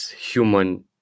human